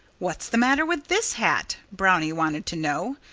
what's the matter with this hat? brownie wanted to know.